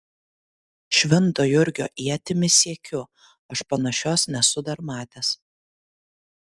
švento jurgio ietimi siekiu aš panašios nesu dar matęs